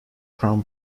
crown